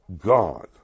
God